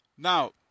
Now